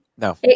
No